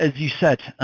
and you said,